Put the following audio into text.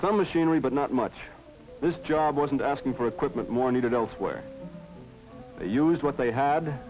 some machinery but not much this job wasn't asking for equipment more needed elsewhere use what they had